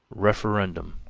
referendum,